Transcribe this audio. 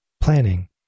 planning